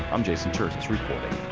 i'm jason terzis reporting.